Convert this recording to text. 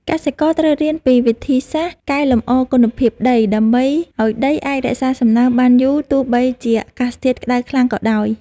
កសិករត្រូវរៀនពីវិធីសាស្ត្រកែលម្អគុណភាពដីដើម្បីឱ្យដីអាចរក្សាសំណើមបានយូរ ទោះបីជាអាកាសធាតុក្តៅខ្លាំងក៏ដោយ។